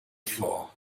for